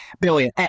Billion